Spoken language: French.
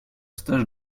stage